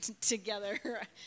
together